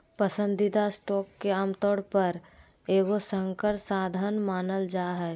पसंदीदा स्टॉक के आमतौर पर एगो संकर साधन मानल जा हइ